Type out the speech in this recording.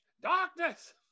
Darkness